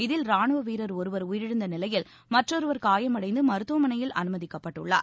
இதில் ராணுவ வீரர் ஒருவர் உயிரிழந்த நிலையில் மற்றொருவர் காயமடைந்து மருத்துவமளையில் அமுமதிக்கப்பட்டுள்ளார்